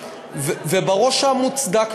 מוצדק,